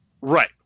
Right